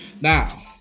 Now